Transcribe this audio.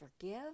forgive